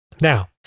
Now